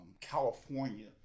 California